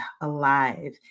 alive